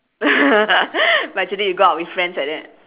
but actually you go out with friends like that